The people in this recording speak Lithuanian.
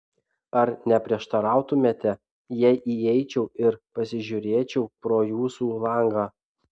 ar neprieštarautumėte jei įeičiau ir pasižiūrėčiau pro jūsų langą